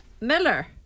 Miller